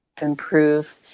improve